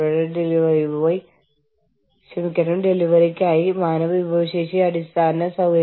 നമ്മൾ സഹകരിക്കുമ്പോൾ നമ്മൾ അഭിസംബോധന ചെയ്യേണ്ട ചില ചോദ്യങ്ങൾ തർക്ക പരിഹാരത്തിന് എന്ത് നിയമങ്ങളാണ് ബാധകമാകുക